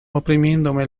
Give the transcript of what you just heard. oprimiéndome